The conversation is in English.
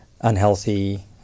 unhealthy